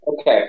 Okay